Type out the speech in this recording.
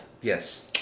Yes